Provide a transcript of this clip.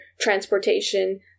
transportation